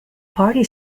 party